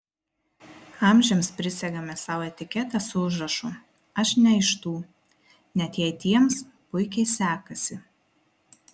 amžiams prisegame sau etiketę su užrašu aš ne iš tų net jei tiems puikiai sekasi